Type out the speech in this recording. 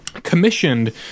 commissioned